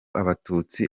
abatutsi